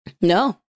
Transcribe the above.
No